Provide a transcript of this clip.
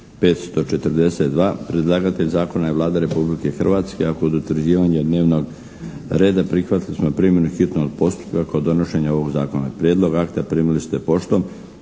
542 Predlagatelj zakona je Vlada Republike Hrvatske, a kod utvrđivanja dnevnog reda prihvatili smo primjenu hitnog postupka kod donošenja ovog zakona. Prijedlog akta primili ste poštom.